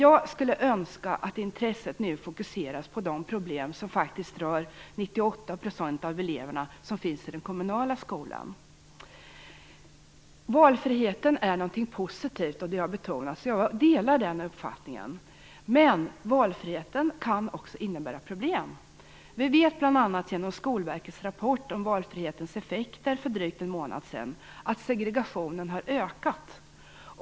Jag skulle önska att intresset nu fokuseras på de problem som faktiskt rör 98 % av eleverna, som finns i den kommunala skolan. Det har betonats att valfriheten är någonting positivt. Jag delar den uppfattningen, men valfriheten kan också innebära problem. Vi vet bl.a. genom Skolverkets rapport om valfrihetens effekter för drygt en månad sedan att segregationen har ökat.